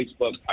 Facebook